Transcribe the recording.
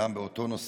גם באותו נושא.